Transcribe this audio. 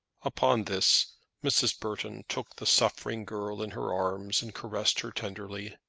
upon this mrs. burton took the suffering girl in her arms and caressed her tenderly.